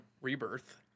Rebirth